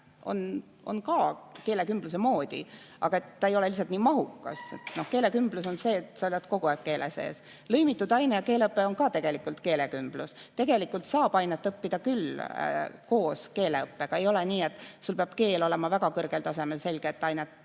on ka keelekümbluse moodi, aga ta ei ole lihtsalt nii mahukas. Keelekümblus on see, et sa oled kogu aeg keele sees. Lõimitud aine‑ ja keeleõpe on ka tegelikult keelekümblus. Tegelikult saab ainet õppida küll koos keeleõppega. Ei ole nii, et sul peab keel olema väga kõrgel tasemel selge, et ainet